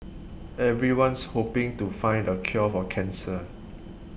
everyone's hoping to find the cure for cancer